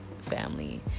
family